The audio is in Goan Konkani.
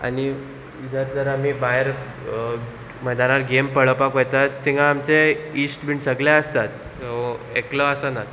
आनी जर तर आमी भायर मैदानार गेम पळोवपाक वयतात तिंगा आमचे इश्ट बीन सगळे आसतात एकलो आसनात